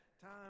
Time